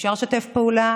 אפשר לשתף פעולה.